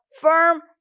Firm